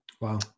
Wow